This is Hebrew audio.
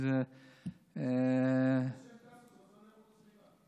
זה שהם טסו זה עוזר לאיכות הסביבה.